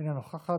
אינה נוכחת.